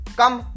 come